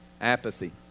Apathy